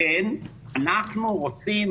אנחנו רוצים,